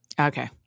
Okay